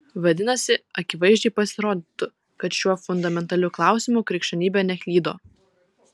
vadinasi akivaizdžiai pasirodytų kad šiuo fundamentaliu klausimu krikščionybė neklydo